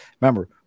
remember